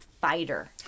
fighter